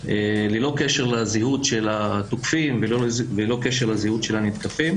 ללא קשר לזהות של התוקפים וללא קשר לזהות של הנתקפים.